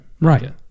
Right